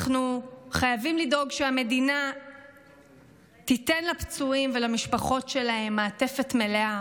אנחנו חייבים לדאוג שהמדינה תיתן לפצועים ולמשפחות שלהם מעטפת מלאה,